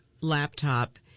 laptop